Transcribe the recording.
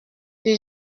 que